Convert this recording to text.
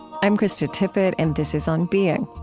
i'm krista tippett, and this is on being.